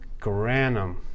Granum